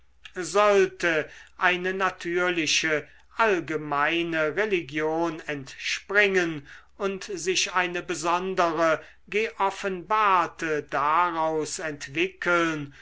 sollte eine natürliche allgemeine religion entspringen und sich eine besondere geoffenbarte daraus entwickeln